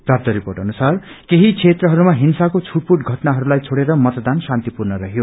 प्राप्त रिपोट अनुसार केही बेत्रहरूमा सिको छूटपूट घटनाहरूलाई डोड़ेर मतदान शान्तिपूर्ण रहयो